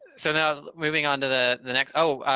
so now moving on to the the nex oh,